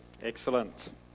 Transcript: Excellent